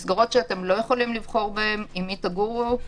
מסגרות שאתם לא יכולים לבחור בהן עם מי תגורו.